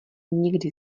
někdy